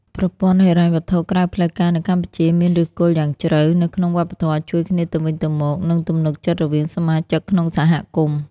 ប្រព័ន្ធហិរញ្ញវត្ថុក្រៅផ្លូវការនៅកម្ពុជាមានឫសគល់យ៉ាងជ្រៅនៅក្នុងវប្បធម៌ជួយគ្នាទៅវិញទៅមក និងទំនុកចិត្តរវាងសមាជិកក្នុងសហគមន៍។